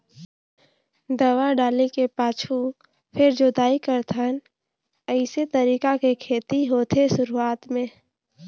दवा डाले के पाछू फेर जोताई करथन अइसे तरीका के खेती होथे शुरूआत में